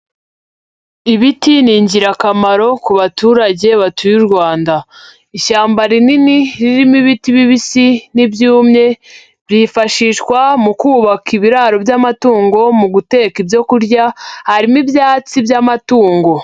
Ibiti ni ingirakamaro ku baturage batuye u Rwanda. Ishyamba rinini ririmo ibiti bibisi n'ibyumye byifashishwa mu kubaka ibiraro by'amatungo, mu guteka ibyo kurya, harimo ibyatsi by'amatungo.